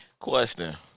question